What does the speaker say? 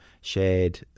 shared